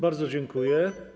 Bardzo dziękuję.